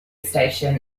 station